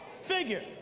figure